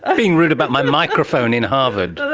ah being rude about my microphone in harvard?